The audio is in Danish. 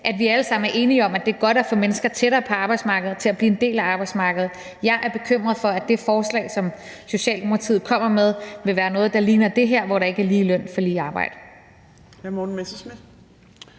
at vi alle sammen er enige om, at det er godt at få mennesker tættere på arbejdsmarkedet og til at blive en del af arbejdsmarkedet, men jeg er bekymret for, at det forslag, som Socialdemokratiet kommer med, vil være noget, der ligner det her, hvor der ikke er lige løn for lige arbejde.